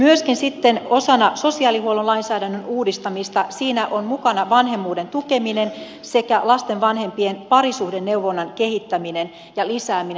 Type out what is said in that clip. myöskin sitten osana sosiaalihuollon lainsäädännön uudistamista on mukana vanhemmuuden tukeminen sekä lasten vanhempien parisuhdeneuvonnan kehittäminen ja lisääminen